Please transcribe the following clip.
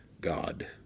God